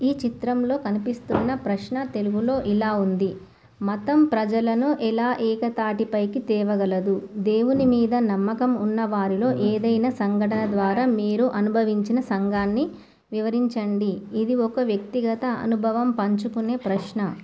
ఈ చిత్రంలో కనిపిస్తున్నప్రశ్న తెలుగులో ఇలా ఉంది మతం ప్రజలను ఎలా ఏకతాటి పైకి తేగలదు దేవుని మీద నమ్మకం ఉన్న వారిలో ఏదైనా సంఘటన ద్వారా మీరు అనుభవించిన సంఘటనని వివరించండి ఇది ఒక వ్యక్తిగత అనుభవం పంచుకునే ప్రశ్న